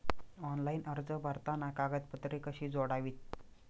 Online अर्ज भरताना कागदपत्रे कशी जोडावीत?